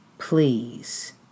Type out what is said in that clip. Please